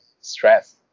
stress